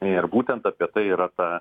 ir būtent apie tai yra ta